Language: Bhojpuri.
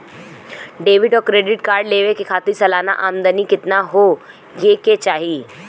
डेबिट और क्रेडिट कार्ड लेवे के खातिर सलाना आमदनी कितना हो ये के चाही?